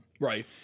Right